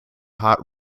hot